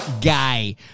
guy